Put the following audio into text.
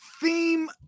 theme